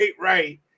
right